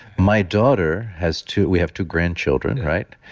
my daughter has two. we have two grandchildren, right?